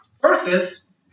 Versus